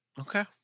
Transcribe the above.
Okay